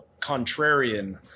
contrarian